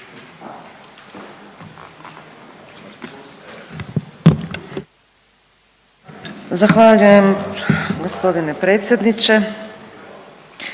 Zahvaljujem gospodine predsjedniče.